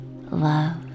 love